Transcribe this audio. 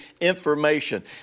information